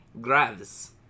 Graves